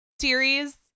series